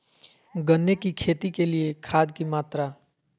गन्ने की खेती के लिए खाद की मात्रा?